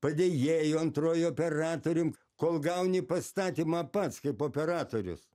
padėjėju antruoju operatorium kol gauni pastatymą pats kaip operatorius